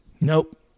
Nope